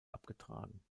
abgetragen